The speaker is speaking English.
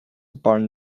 barn